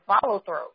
follow-through